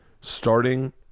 starting